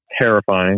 terrifying